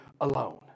alone